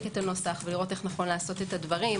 את הנוסח ולראות איך נכון לעשות את הדברים.